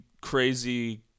crazy